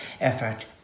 effort